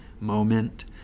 moment